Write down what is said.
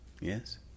Yes